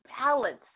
balance